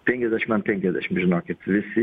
penkiasdešim an penkiasdešim žinokit visi